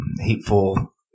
hateful